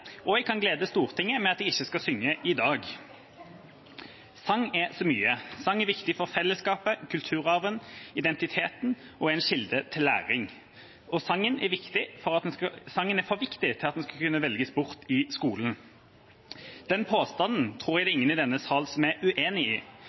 Og jeg kan glede Stortinget med at jeg ikke skal synge i dag! Sang er så mye: Sang er viktig for fellesskapet, kulturarven og identiteten og er en kilde til læring. Og sangen er for viktig til at den skal kunne velges bort i skolen. Den påstanden tror jeg